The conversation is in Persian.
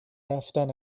رفتن